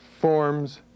forms